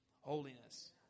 Holiness